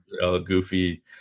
goofy